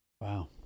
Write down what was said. Wow